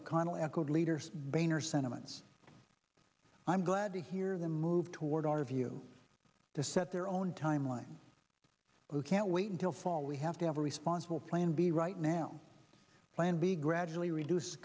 echoed leaders boehner sentiments i'm glad to hear the move toward our view to set their own timeline who can't wait until fall we have to have a responsible plan b right now plan b gradually reduce